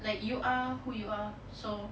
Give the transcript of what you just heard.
like you are who you are so